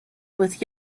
with